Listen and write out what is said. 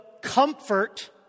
comfort